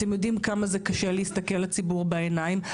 אתם יודעים כמה זה קשה להסתכל לציבור בעיניים,